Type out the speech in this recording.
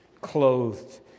clothed